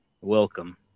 welcome